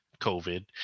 covid